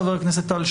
חבר הכנסת טל,